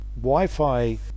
wi-fi